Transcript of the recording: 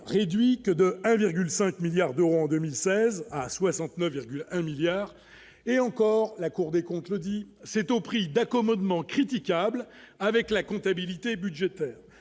réduit que de 1,5 1000000000 d'euros en 2016 à 69,1 milliards et encore la Cour des comptes, le dit, c'est au prix d'accommodements critiquable avec la comptabilité budgétaire,